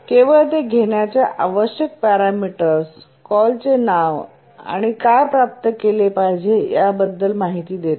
केवळ ते घेण्याच्या आवश्यक पॅरामीटर्स कॉलचे नाव आणि काय प्राप्त केले पाहिजे याबद्दल माहिती देते